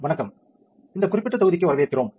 வணக்கம் இந்த குறிப்பிட்ட தொகுதிக்கு வரவேற்கிறோம்